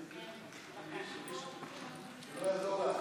אדוני היושב-ראש,